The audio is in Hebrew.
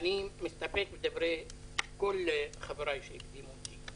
אני מסתפק בדברי כל חבריי שהקדימו אותי.